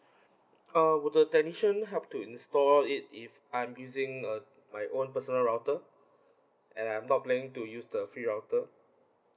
uh would the technician help to install it if I'm using uh my own personal router and I'm not planning to use the free router